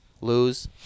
lose